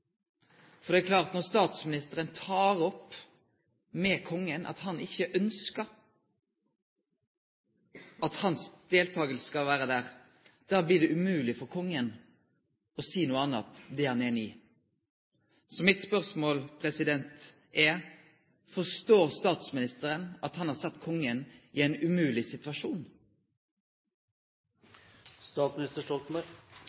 For det er klart at når statsministeren tek opp med kongen at han ikkje ønskjer hans deltaking, da blir det umogleg for kongen å seie noko anna enn at det er han einig i. Så mitt spørsmål er: Forstår statsministeren at han har sett kongen i ein umogleg situasjon?